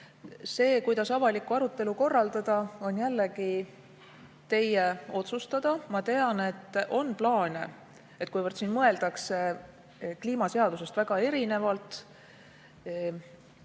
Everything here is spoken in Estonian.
See, kuidas avalikku arutelu korraldada, on jällegi teie otsustada. Ma tean, et siin mõeldakse kliimaseadusest väga erinevalt ja